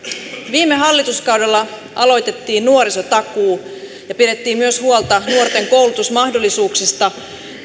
viime hallituskaudella aloitettiin nuorisotakuu ja pidettiin myös huolta nuorten koulutusmahdollisuuksista